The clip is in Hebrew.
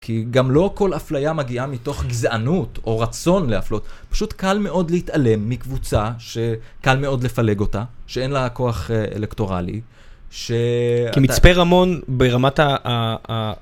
כי גם לא כל אפליה מגיעה מתוך גזענות, או רצון להפלות. פשוט קל מאוד להתעלם מקבוצה, שקל מאוד לפלג אותה, שאין לה כוח אלקטורלי, שאתה... כי מצפה רמון ברמת ה...